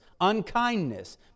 unkindness